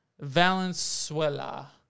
Valenzuela